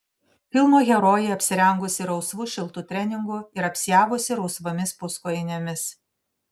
filmo herojė apsirengusi rausvu šiltu treningu ir apsiavusi rausvomis puskojinėmis